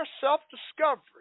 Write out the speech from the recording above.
self-discovery